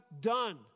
done